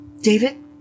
David